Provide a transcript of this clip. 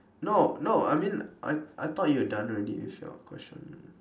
no no I mean I I thought you were done already with your question